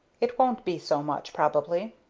it won't be so much, probably.